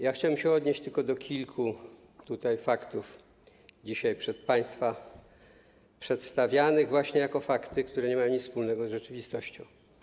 Ja chciałem się odnieść tylko do kilku faktów, dzisiaj przez państwa przedstawianych właśnie jako fakty, które nie mają nic wspólnego z rzeczywistością.